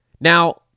Now